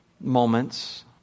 moments